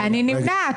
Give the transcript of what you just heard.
מי נמנע?